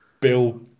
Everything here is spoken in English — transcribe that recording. Bill